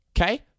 okay